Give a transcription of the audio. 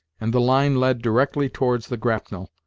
and the line led directly towards the grapnel,